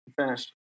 finished